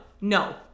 no